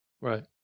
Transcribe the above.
Right